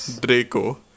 draco